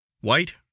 White